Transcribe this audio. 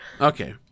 Okay